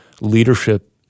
leadership